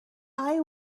eye